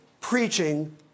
preaching